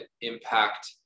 impact